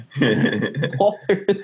Walter